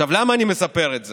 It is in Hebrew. עכשיו, למה אני מספר את זה?